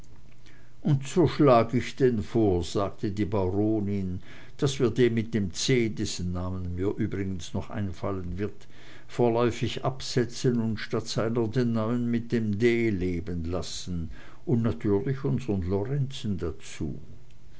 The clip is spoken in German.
und so schlag ich denn vor sagte die baronin daß wir den mit dem c dessen name mir übrigens noch einfallen wird vorläufig absetzen und statt seiner den neuen mit dem d leben lassen und natürlich unsern lorenzen dazu